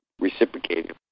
reciprocated